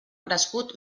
crescut